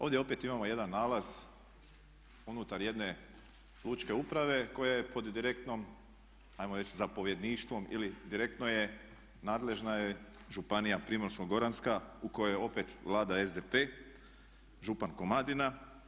Ovdje opet imamo jedan nalaz unutar jedne Lučke uprave koja je pod direktnom hajmo reći zapovjedništvom ili direktno je nadležna je Županija primorsko-goranska u kojoj opet vlada SDP, župan Komadina.